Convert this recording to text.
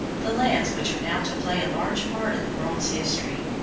the lands which are now to play a large part in the world's history.